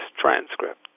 transcript